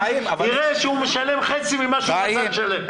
יראה שהוא משלם חצי ממה שהוא היה צריך לשלם.